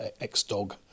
ex-dog